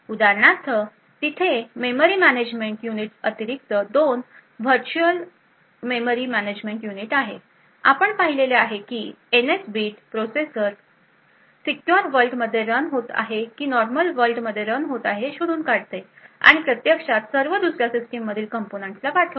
उदाहरणार्थ तिथे memory management unit अतिरिक्त दोन वर्चुअल मेमरी मॅनेजमेंट युनिट आहेत आपण पाहिलेले आहे की N S bit processor secure world मध्ये रन होत आहे की नॉर्मल वर्ल्ड मध्ये रन होत आहे हे शोधून काढते आणि प्रत्यक्षात सर्व दुसऱ्या सिस्टीममधील कंपोनेंट्सला पाठवते